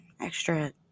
extra